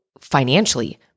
financially